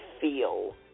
feel